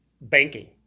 banking